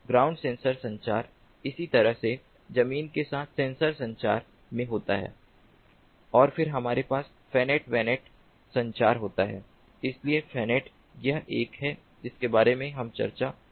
ground sensor संचार इसी तरह से जमीन के साथ सेंसर संचार में होता है और फिर हमारे पास फैनेट वेनेट संचार होता है इसलिए फैनेट यह एक है जिसके बारे में हम चर्चा कर रहे हैं